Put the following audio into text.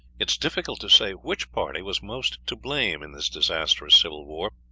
it is difficult to say which party was most to blame in this disastrous civil war,